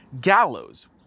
gallows